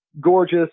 gorgeous